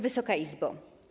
Wysoka Izbo!